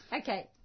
Okay